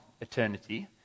eternity